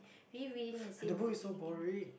re-reading the same book again again again